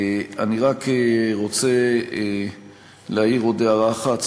אני רק רוצה להעיר עוד הערה אחת.